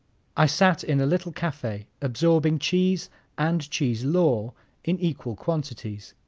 i sat in a little cafe, absorbing cheese and cheese lore in equal quantities.